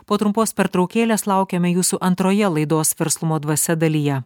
po trumpos pertraukėlės laukiame jūsų antroje laidos verslumo dvasia dalyje